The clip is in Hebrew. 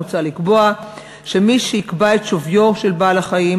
מוצע לקבוע שמי שיקבע את שוויו של בעל-החיים